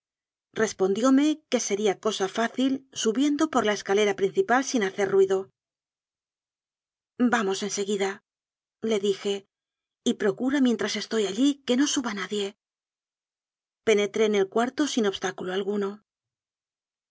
respondióme que sería cosa fácil subiendo por la escalera principal sin hace ruido vamos en seguidale dije y procura mientras estoy allí que no suba nadie penetré en el cuarto sin obstáculo alguno